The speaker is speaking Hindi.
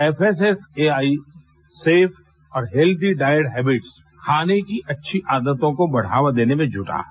एफएसएसएआई सेफ और हैल्दी डाइट हैबिट्स खाने की अच्छी आदतों को बढ़ावा देने में जुटा है